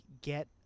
get